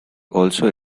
also